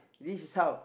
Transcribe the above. this is how